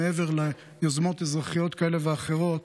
מעבר ליוזמות אזרחיות כאלה ואחרות,